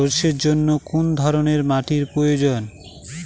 সরষের জন্য কোন ধরনের মাটির প্রয়োজন?